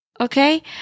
Okay